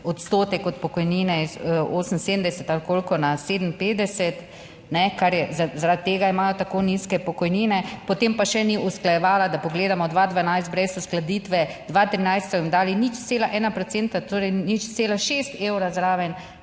odstotek od pokojnine iz 78 ali koliko, na 57, kar je, zaradi tega imajo tako nizke pokojnine. Potem pa še ni usklajevala, da pogledamo, 2012 brez uskladitve, 2013 so jim dali 0,1 procenta, torej 0,6 evra zraven,